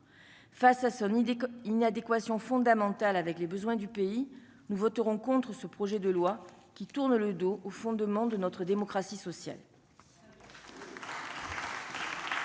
idée, il n'y a d'équations fondamentales avec les besoins du pays, nous voterons contre ce projet de loi qui tourne le dos aux fondements de notre démocratie sociale.